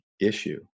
issue